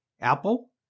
Apple